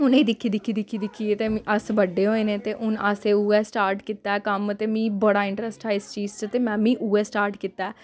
उ'नेंगी दिक्खी दिक्खी दिक्खी दिक्खियै ते अस बड्डे होए ते हून असें उ'ऐ स्टार्ट कीता कम्म ते मिगी बड़ा इंटरस्ट हा इस चीज़ च ते में मीं उ'ऐ स्टार्ट कीता ऐ